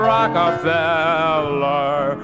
Rockefeller